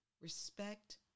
respect